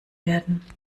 werden